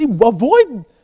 avoid